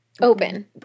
open